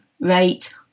rate